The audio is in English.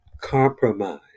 compromise